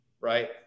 right